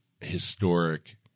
historic